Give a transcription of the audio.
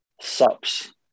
sups